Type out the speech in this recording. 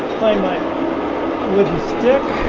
find my little stick